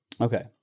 Okay